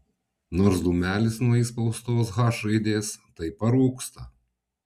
nors dūmelis nuo įspaustos h raidės tai parūksta